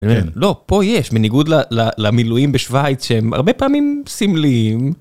לא פה יש בניגוד למילואים בשוויץ שהם הרבה פעמים סמלים.